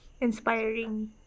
inspiring